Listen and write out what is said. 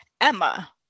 Emma